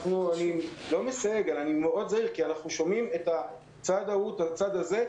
אנחנו שומעים את הצד ההוא ואת הצד הזה.